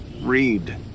read